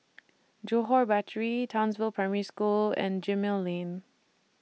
Johore Battery Townsville Primary School and Gemmill Lane